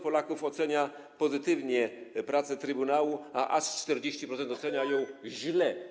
Polaków ocenia pozytywnie pracę trybunału, a aż 40% ocenia ją źle.